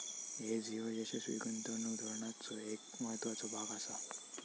hedge ह्यो यशस्वी गुंतवणूक धोरणाचो एक महत्त्वाचो भाग आसा